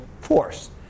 force